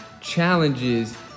challenges